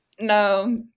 no